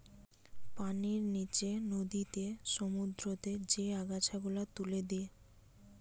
পানির নিচে নদীতে, সমুদ্রতে যে আগাছা গুলা তুলে দে